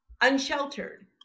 unsheltered